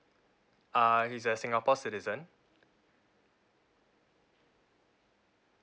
uh he's a singapore citizen